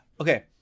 okay